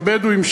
הבדואים,